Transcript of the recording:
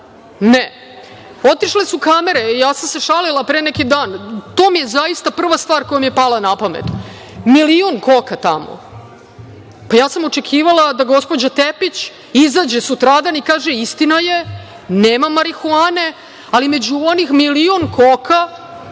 Ne. Otišle su kamere, ja sam se šalila pre neki dan, to mi je zaista prva stvar koja mi je pala na pamet. Milion koka tamo. Ja sam očekivala da gospođa Tepić izađe sutradan i kaže: „Istina je, nema marihuane, ali među onih milion koka